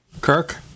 Kirk